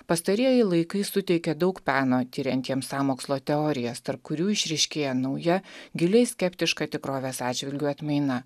pastarieji laikai suteikė daug peno tiriantiems sąmokslo teorijas tarp kurių išryškėja nauja giliai skeptiška tikrovės atžvilgiu atmaina